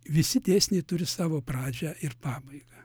visi dėsniai turi savo pradžią ir pabaigą